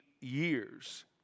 years